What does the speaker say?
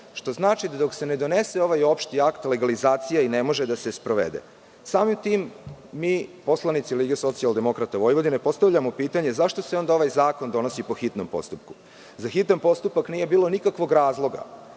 to znači da dok se ne donese ovaj opšti akt legalizacija i ne može da se sprovede. Samim tim, mi poslanici LSV postavljamo pitanje – zašto se onda ovaj zakon donosi po hitnom postupku? Za hitan postupak nije bilo nikakvog razloga,